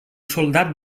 soldat